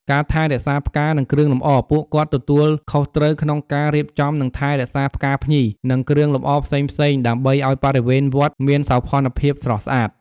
ការចាត់ចែងសំឡេង និងឧបករណ៍បំពងសម្លេង នៅក្នុងពិធីបុណ្យធំៗ ពួកគាត់ជួយរៀបចំប្រព័ន្ធភ្លើង និងឧបករណ៍បំពងសម្លេង ដើម្បីឲ្យព្រះសង្ឃសម្ដែងធម៌ ឬប្រកាសផ្សេងៗបានឮច្បាស់។